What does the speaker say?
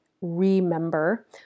remember